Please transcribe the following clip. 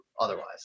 otherwise